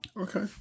Okay